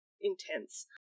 intense